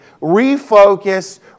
refocus